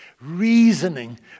reasoning